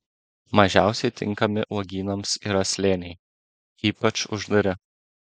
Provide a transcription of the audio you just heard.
mažiausiai tinkami uogynams yra slėniai ypač uždari